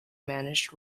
managed